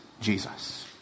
Jesus